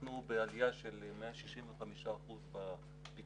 אנחנו בעלייה של 165% בפיקוח.